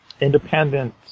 independent